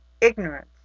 ignorance